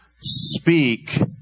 speak